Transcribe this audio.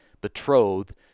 betrothed